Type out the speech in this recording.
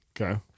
Okay